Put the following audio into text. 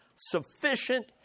sufficient